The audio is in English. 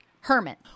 hermit